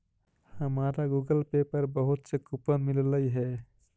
हमारा Google Pay पर बहुत से कूपन मिललई हे